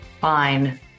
Fine